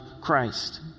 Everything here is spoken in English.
Christ